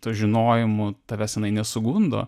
tuo žinojimu tavęs jinai nesugundo